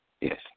Yes